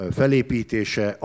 felépítése